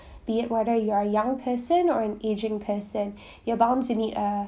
be it whether you are young person or an ageing person you're bound to need a